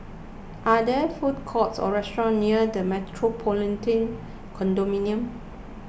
are there food courts or restaurants near the Metropolitan Condominium